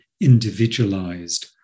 individualized